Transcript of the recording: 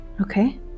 okay